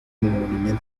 monumento